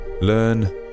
learn